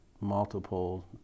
multiple